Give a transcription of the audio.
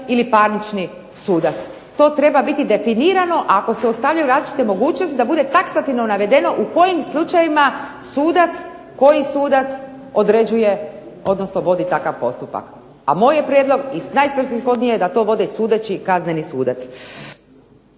ili parnični sudac? To treba biti definirano, a ako se ostavljaju različite mogućnosti da bude taksativno navedeno u kojim slučajevima sudac, koji sudac određuje, odnosno vodi takav postupak. A moj je prijedlog i najsvrsishodnije da to vode sudeći kazneni sudac.